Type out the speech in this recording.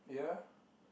ya